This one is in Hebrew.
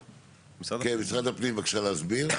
כן, משרד הפנים, בבקשה להסביר.